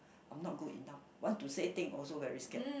or not good enough want to say thing also very scared